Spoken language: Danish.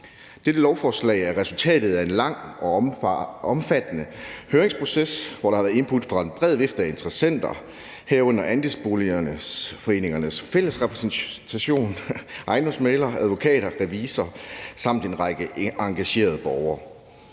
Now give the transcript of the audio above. Dette lovforslag er resultatet af en lang og omfattende høringsproces, hvor der har været input fra en bred vifte af interessenter, herunder Andelsboligforeningernes Fællesrepræsentation, ejendomsmæglere, advokater, revisorer samt en række engagerede borgere.